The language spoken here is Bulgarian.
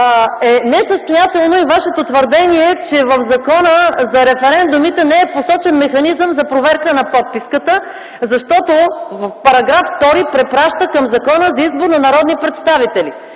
несъстоятелно и Вашето твърдение, че в Закона за референдумите не е посочен механизъм за проверка на подписката, защото § 2 препраща към Закона за избор на народни представители,